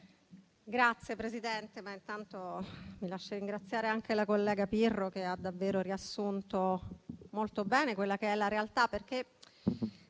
Signor Presidente, intanto mi lasci ringraziare anche la collega Pirro che ha davvero riassunto molto bene quella che è la realtà.